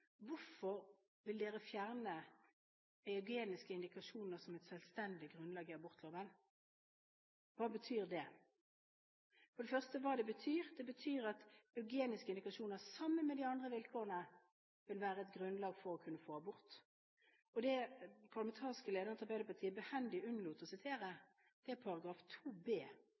Hvorfor vil dere fjerne eugeniske indikasjoner som et selvstendig grunnlag i abortloven? Hva betyr det? For det første: Det betyr at eugeniske indikasjoner, sammen med de andre vilkårene, vil være et grunnlag for å kunne få ta abort. Det som den parlamentariske lederen for Arbeiderpartiet behendig unnlot å sitere, er § 2 b),